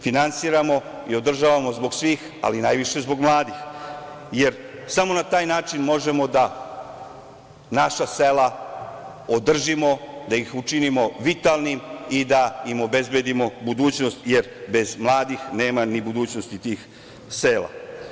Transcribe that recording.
Finansiramo i održavamo zbog svih, ali najviše zbog mladih, jer samo na taj način možemo da naša sela održimo, da ih učinimo vitalnim i da im obezbedimo budućnost, jer bez mladih nema ni budućnosti tih sela.